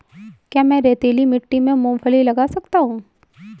क्या मैं रेतीली मिट्टी में मूँगफली लगा सकता हूँ?